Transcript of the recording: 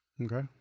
Okay